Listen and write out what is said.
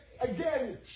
again